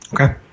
Okay